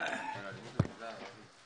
בשנת 1997